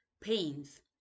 pains